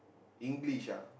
English lah